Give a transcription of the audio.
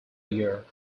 year